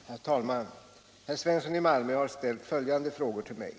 17, och anförde: Herr talman! Herr Svensson i Malmö har ställt följande frågor till mig: